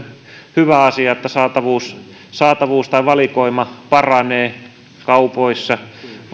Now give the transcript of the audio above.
hyvä asia että saatavuus saatavuus tai valikoima paranee kaupoissa